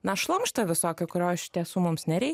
na šlamštą visokį kurio iš tiesų mums nerei